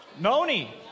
Noni